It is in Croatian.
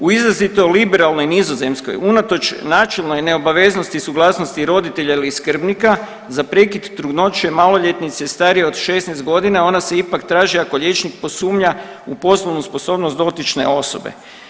U izrazito liberalnoj Nizozemskoj, unatoč načelnoj neobaveznosti i suglasnosti roditelja ili skrbnika za prekid trudnoće maloljetnice starije od 16 godina ona se ipak traži ako liječnik posumnja u poslovnu sposobnost dotične osobe.